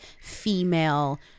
female